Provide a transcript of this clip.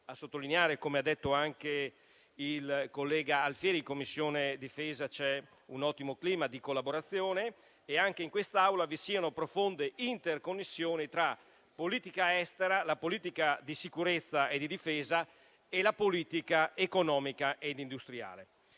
a sottolineare - come ha detto anche il collega Alfieri - c'è un ottimo clima di collaborazione, così come in quest'Aula), che vi siano profonde interconnessioni tra politica estera, politica di sicurezza e di difesa e la politica economica ed industriale.